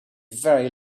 very